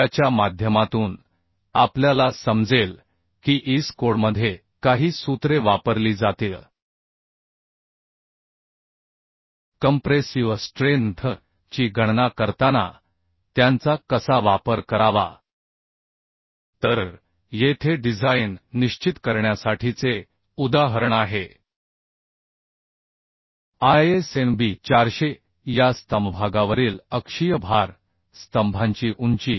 ज्याच्या माध्यमातून आपल्याला समजेल की IS कोडमध्ये काही सूत्रे वापरली जातील कंप्रेसिव्ह स्ट्रेंथ ची गणना करताना त्यांचा कसा वापर करावा तर येथे डिझाइन निश्चित करण्यासाठीचे उदाहरण आहे ISMB 400 या स्तंभ भागावरील अक्षीय भार स्तंभांची उंची 3